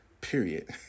period